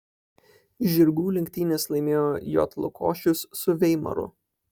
žirgų lenktynes laimėjo j lukošius su veimaru